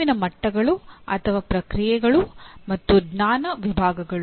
ಅರಿವಿನ ಮಟ್ಟಗಳು ಅಥವಾ ಪ್ರಕ್ರಿಯೆಗಳು ಮತ್ತು ಜ್ಞಾನ ವಿಭಾಗಗಳು